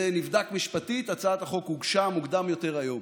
זה נבדק משפטית, הצעת החוק הוגשה מוקדם יותר היום.